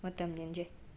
ꯃꯇꯝ ꯂꯦꯟꯖꯩ